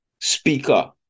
speaker